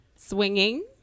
swinging